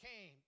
came